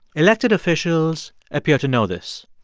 elected officials appear to know this.